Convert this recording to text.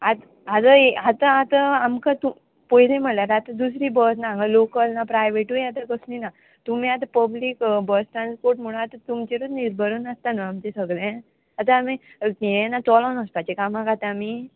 आत आतां आतां आतां आमकां तूं पयलीं म्हळ्यार आतां दुसरी बस ना हांगा लोकल ना प्रायवेटूय आतां कसली ना तुमी आतां पब्लीक बस ट्रांसपोर्ट म्हणून आतां तुमचेरूच निर्भरून आसता न्हू आमचें सगळें आतां आमी हें ना चोलोन वचपाचें कामाक आतां आमी